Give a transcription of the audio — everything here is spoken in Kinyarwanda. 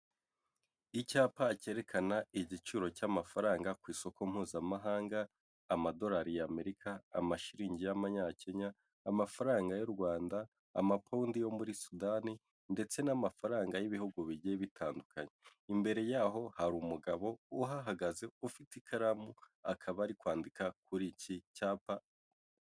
Icyapa cyerekana igiciro cy'amafaranga ku isoko mpuzamahanga, Amadolari y'Amerika, Amashilingi y'Amanyakenya, Amafaranga y'u Rwanda, Amapawundi yo muri Sudani ndetse n'amafaranga y'Ibihugu bigiye bitandukanye. Imbere yaho hari umugabo uhahagaze ufite ikaramu akaba ari kwandika kuri iki cyapa.